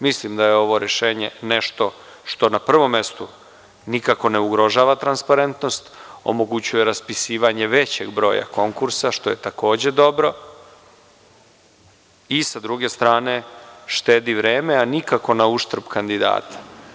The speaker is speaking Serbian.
Mislim da je ovo rešenje nešto što na prvom mestu nikako ne ugrožava transparentnost, omogućuje raspisivanje većeg broja konkursa, što je takođe dobro i sa druge strane, štedi vreme, a nikako na uštrb kandidata.